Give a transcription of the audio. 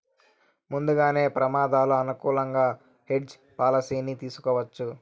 ముందుగానే ప్రమాదాలు అనుకూలంగా హెడ్జ్ పాలసీని తీసుకోవచ్చు